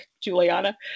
Juliana